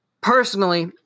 personally